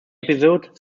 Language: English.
episode